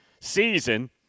season